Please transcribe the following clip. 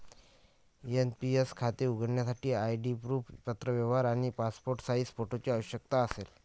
NPS खाते उघडण्यासाठी ID proof, पत्रव्यवहार आणि पासपोर्ट साइज फोटोची आवश्यकता असेल